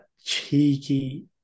cheeky